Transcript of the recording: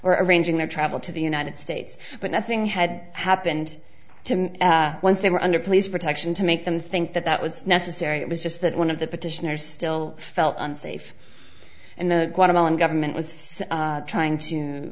arranging their travel to the united states but nothing had happened to me once they were under police protection to make them think that that was necessary it was just that one of the petitioners still felt unsafe in the guatemalan government was trying to